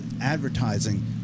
advertising